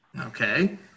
Okay